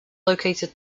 located